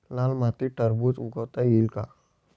लाल मातीत टरबूज उगवता येईल का?